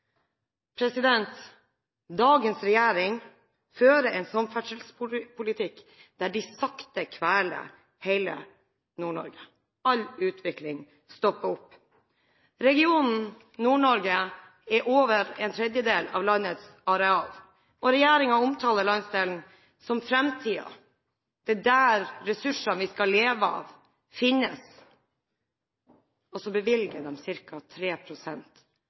Dagens regjering fører en samferdselspolitikk der de sakte kveler hele Nord-Norge. All utvikling stopper opp. Regionen Nord-Norge er over en tredjedel av landets areal, og regjeringen omtaler landsdelen som fremtiden. Det er der ressursene vi skal leve av, finnes. Og så bevilger